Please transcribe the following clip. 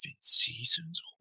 seasons